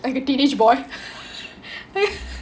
like a teenage boy